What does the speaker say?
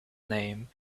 name